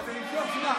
אבל זה למשוך זמן.